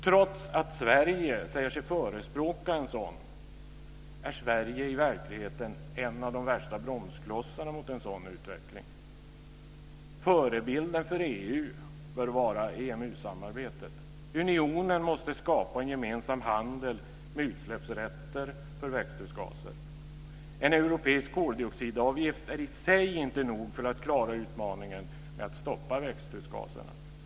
Trots att Sverige säger sig förespråka en sådan är Sverige i verkligheten en av de värsta bromsklossarna mot en sådan utveckling. Förebilden för EU bör vara EMU-samarbetet. Unionen måste skapa en gemensam handel med utsläppsrätter för växthusgaser. En europeisk koldioxidavgift är i sig inte nog för att klara utmaningen med att stoppa växthusgaserna.